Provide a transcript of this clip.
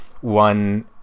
One